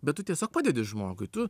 bet tu tiesiog padedi žmogui tu